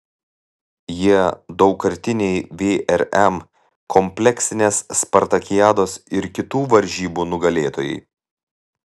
jie daugkartiniai vrm kompleksinės spartakiados ir kitų varžybų nugalėtojai